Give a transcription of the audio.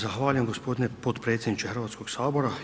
Zahvaljujem gospodine potpredsjedniče Hrvatskog sabora.